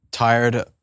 Tired